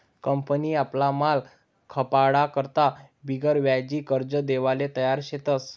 company आपला माल खपाडा करता बिगरव्याजी कर्ज देवाले तयार शेतस